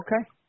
Okay